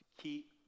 keep